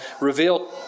revealed